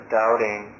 doubting